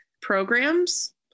programs